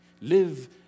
Live